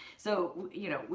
so, you know,